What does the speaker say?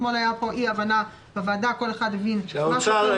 אתמול הייתה בוועדה אי הבנה וכל אחד הבין משהו אחר.